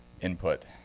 input